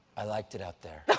i liked it out there.